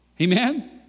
Amen